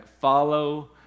follow